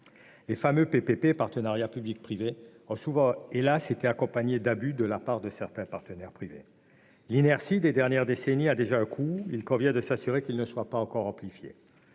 les fameux partenariats public-privé (PPP) ont souvent été accompagnés d'abus de la part des partenaires privés. L'inertie des dernières décennies a déjà un coût. Il convient de s'assurer qu'il ne soit pas encore amplifié.